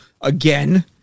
again